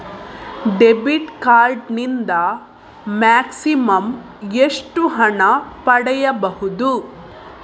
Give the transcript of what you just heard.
Debit card ನಿಂದ maximum ಎಷ್ಟು ಹಣ ಪಡೆಯಬಹುದು?